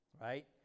right